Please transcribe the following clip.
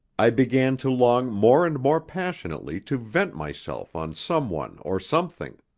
i began to long more and more passionately to vent myself on someone or something.